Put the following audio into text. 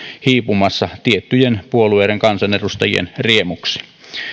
hiipumassa tiettyjen puolueiden kansanedustajien riemuksi